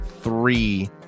three